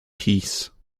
peace